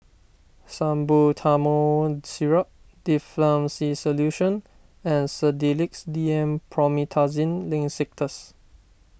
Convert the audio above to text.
Salbutamol Syrup Difflam C Solution and Sedilix D M Promethazine Linctus